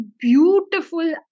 beautiful